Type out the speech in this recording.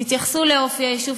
תתייחסו לאופי היישוב,